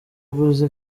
uguze